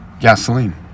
gasoline